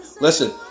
Listen